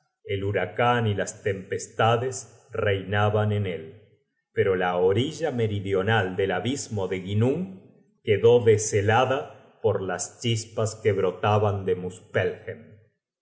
el huracan y las tempestades reinaban en él pero la orilla meridional del abismo de ginnung quedó deshelada por las chispas que brotaban de